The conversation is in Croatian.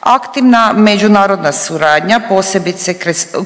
Aktivna međunarodna suradnja, posebice